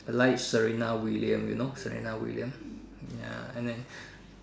I like Serena William you know Serena William ya and then